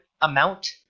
amount